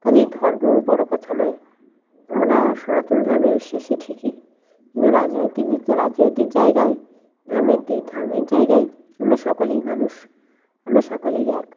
কাজেই ধর্মও বড়ো কথা নয় আমরা সনাতন ধর্মে বিশ্বাসী ঠিকই কিন্তু রাজনৈতিক দিকটা রাজনৈতিক জায়গায় ধর্মের দিক ধর্মের জায়গায় আমরা সকলেই মানুষ আমরা সকলেই এক